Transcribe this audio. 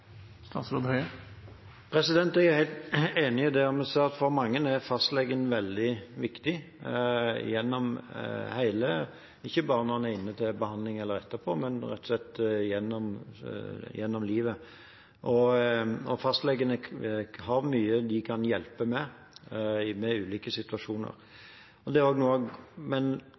Jeg er helt enig i det. Vi ser at for mange er fastlegen veldig viktig – ikke bare når en er inne til behandling eller etterpå, men rett og slett gjennom livet. Fastlegen kan hjelpe med mye i ulike situasjoner. Hvordan dette skal bli bedre, mener jeg er noe